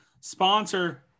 sponsor